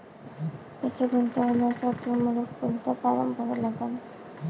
पैसे गुंतवासाठी मले कोंता फारम भरा लागन?